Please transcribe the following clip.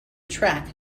track